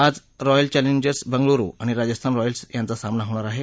आज royal challengers Bengaluru आणि Rajasthan royals यांचा सामना होणार आहे